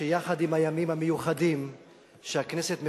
שיחד עם הימים המיוחדים שהכנסת מחוקקת,